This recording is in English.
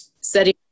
setting